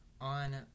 on